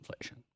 inflation